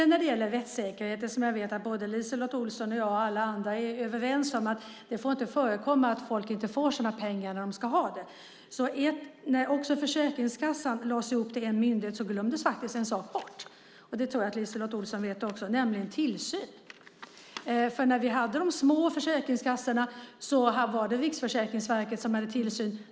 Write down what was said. När det gäller rättssäkerheten vet jag att både LiseLotte Olsson och jag och alla andra är överens om att det inte får förekomma att folk inte får sina pengar när de ska ha dem. När Försäkringskassan blev en myndighet glömdes faktiskt en sak bort. Det tror jag att LiseLotte Olsson också vet. Det var tillsynen. När vi hade de små försäkringskassorna var det Riksförsäkringsverket som hade tillsyn.